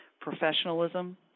Professionalism